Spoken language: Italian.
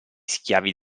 schiavi